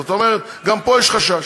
זאת אומרת, גם פה יש חשש.